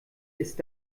ist